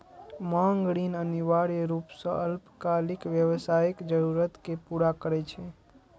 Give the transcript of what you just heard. मांग ऋण अनिवार्य रूप सं अल्पकालिक व्यावसायिक जरूरत कें पूरा करै छै